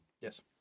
Yes